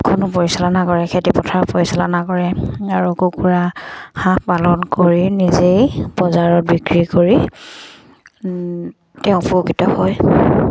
খনো পৰিচালনা কৰে খেতি পথাৰত পৰিচালনা কৰে আৰু কুকুৰা হাঁহ পালন কৰি নিজেই বজাৰত বিক্ৰী কৰি তেওঁ উপকৃত হয়